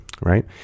right